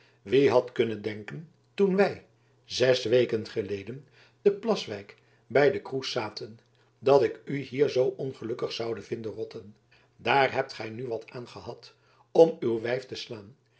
wie had kunnen denken toen wij zes weken geleden te plaswijk bij den kroes zaten dat ik u hier zoo ongelukkig zoude vinden rotten daar hebt gij nu wat aan gehad om uw wijf te slaan